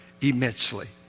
immensely